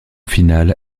finale